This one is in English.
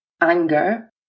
anger